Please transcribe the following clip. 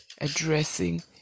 addressing